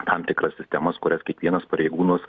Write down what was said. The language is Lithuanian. tam tikras sistemas kurias kiekvienas pareigūnas